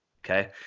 okay